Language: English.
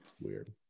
weird